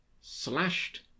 slashed